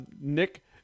Nick